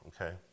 okay